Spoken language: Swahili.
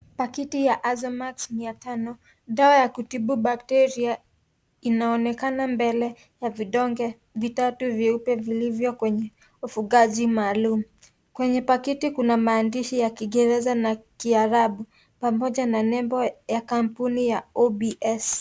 Paketi ya Azomat 500 ,dawa ya kutibu bacteria inaonekana mbele na vidonge vitatu vyeupe vulivyo kwenye uvukaji maalum. Kwenye paketi kuna maandishi ya kingeresa na kiarabu pamoja na nambo ya kampuni ya OBS.